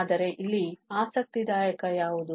ಆದರೆ ಇಲ್ಲಿ ಆಸಕ್ತಿದಾಯಕ ಯಾವುದು